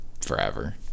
forever